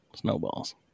snowballs